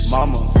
Mama